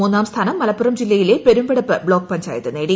മൂന്നാം സ്ഥാനം മലപ്പുറം ജില്ലയിലെ പെരുമ്പടപ്പ് ബ്ലോക്ക് പഞ്ചായത്ത് നേടി